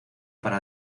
para